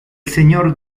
señor